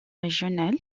régional